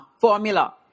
formula